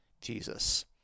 Jesus